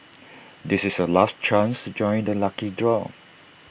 this is your last chance to join the lucky draw